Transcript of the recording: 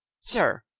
sir,